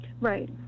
Right